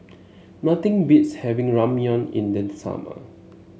nothing beats having Ramyeon in the summer